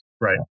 Right